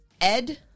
Ed